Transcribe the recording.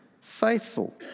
faithful